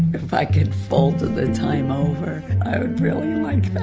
if i could fold the time over, i would really like that